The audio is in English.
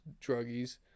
druggies